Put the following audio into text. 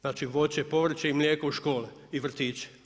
Znači voće i povrće i mlijeko u škole i vrtiće.